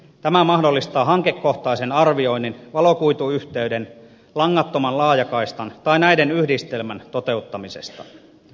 tämä mahdollistaa hankekohtaisen arvioinnin valokuituyhteyden langattoman laajakaistan tai näiden yhdistelmän toteuttamisesta